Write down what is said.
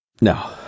No